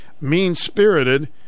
mean-spirited